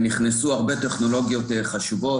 נכנסו הרבה טכנולוגיות חשובות.